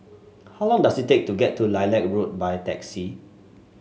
how long does it take to get to Lilac Road by taxi